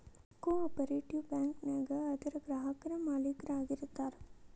ಕೊ operative bank ನ್ಯಾಗ ಅದರ್ ಗ್ರಾಹಕ್ರ ಮಾಲೇಕ್ರ ಆಗಿರ್ತಾರ